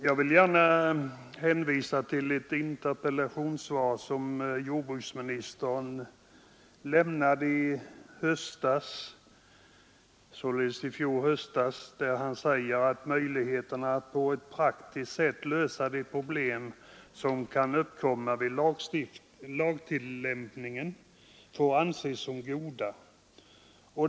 Jag vill gärna hänvisa till ett interpellationssvar som jordbruksministern lämnade förra hösten, där han sade att möjligheterna att på ett praktiskt sätt lösa de problem som kan uppkomma vid lagtillämpningen får anses som goda.